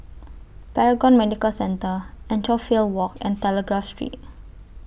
Paragon Medical Centre Anchorvale Walk and Telegraph Street